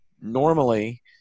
Normally